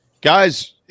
Guys